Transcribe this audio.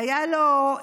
היה לו,